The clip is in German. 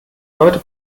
leute